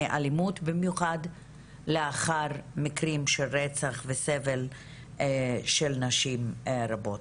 אלימות במיוחד לאחר מקרים של רצח וסבל של נשים רבות.